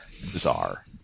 bizarre